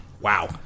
wow